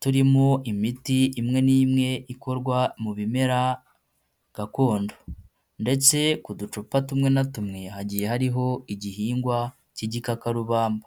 turimo imiti imwe n'imwe ikorwa mu bimera gakondo ndetse ku ducupa tumwe na tumwe hagiye hariho igihingwa k'igikakarubamba.